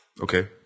Okay